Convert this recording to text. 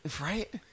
Right